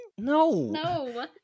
no